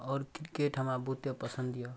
आओर किरकेट हमरा बहुते पसन्द अइ